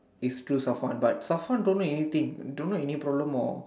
is to so sun but so fun don't know anything don't know any problem or